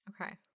Okay